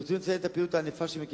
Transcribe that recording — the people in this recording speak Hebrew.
ברצוני לציין את הפעילות הענפה שמקיים